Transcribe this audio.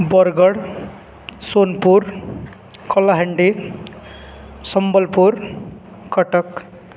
Bargarh Sonepur Kalahandi Sambalpur Cuttack